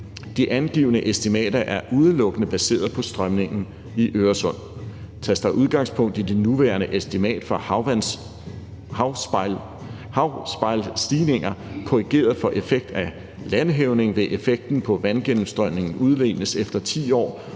De angivne estimater er udelukkende baseret på strømningen i Øresund. Tages der udgangspunkt i det nuværende estimat for havspejlsstigninger korrigeret for effekt af landhævning, vil effekten på vandgennemstrømningen udlignes efter 10 år